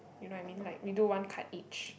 you know I mean like we do one card each